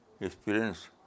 experience